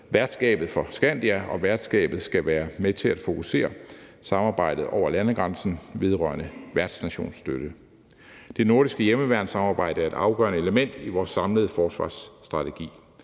værtskabet for SKANDIA, og værtskabet skal være med til at fokusere samarbejdet over landegrænsen vedrørende værtsnationsstøtte. Det nordiske hjemmeværnssamarbejde er et afgørende element i vores samlede forsvarsstrategi.